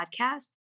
podcast